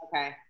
Okay